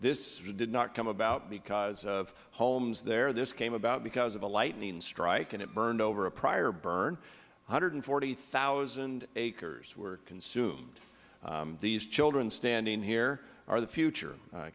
this did not come about because of homes there this came about because of a lightning strike and it burned over a prior burn one hundred and forty thousand acres were consumed these children standing here are the future